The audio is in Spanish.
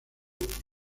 east